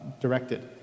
directed